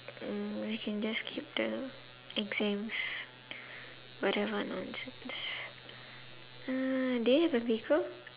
um you can just skip the exams whatever nonsense uh do you have a vehicle